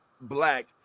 black